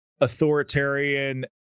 authoritarian